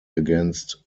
against